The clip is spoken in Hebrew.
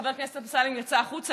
אני רואה שחבר הכנסת אמסלם יצא החוצה,